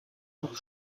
nach